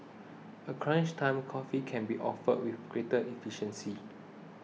a crunch time coffee can be offered with greater efficiency